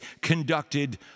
conducted